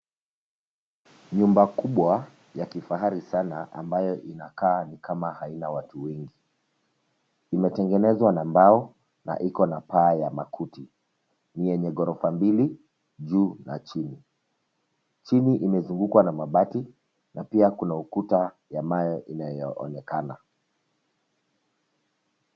Nyumba kubwa ya kifahari sana ambayo inakaa nikama haina watu wengi. Imetengenezwa na mbao na iko na paa ya makuti yenye gorofa mbili juu na chini. Chini imezungukwa na mabati na pia kuna ukuta ya mawe inayoonekana.